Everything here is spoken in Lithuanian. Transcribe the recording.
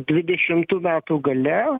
dvidešimtų metų gale